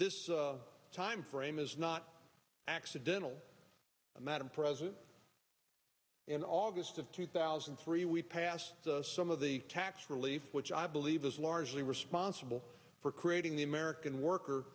this time frame is not accidental and that i'm president in august of two thousand three we passed some of the tax relief which i believe is largely responsible for creating the american worker